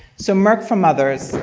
so merck for mothers,